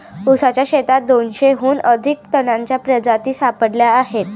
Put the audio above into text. ऊसाच्या शेतात दोनशेहून अधिक तणांच्या प्रजाती सापडल्या आहेत